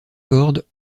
cordes